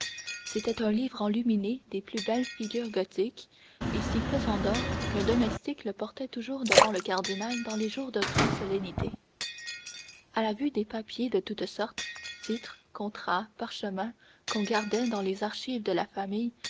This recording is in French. c'était un livre enluminé des plus belles figures gothiques et si pesant d'or qu'un domestique le portait toujours devant le cardinal dans les jours de grande solennité à la vue des papiers de toutes sortes titres contrats parchemins qu'on gardait dans les archives de la famille